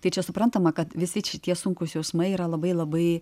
tai čia suprantama kad visi šitie sunkūs jausmai yra labai labai